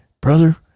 brother